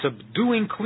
subduing